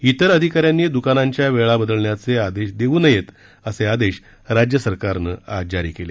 इतर अधिकाऱ्यांनी द्रकानांच्या वेळा बदलण्याचे आदेश देऊ नये असे आदेश राज्य सरकारने आज प्रसिद्ध केले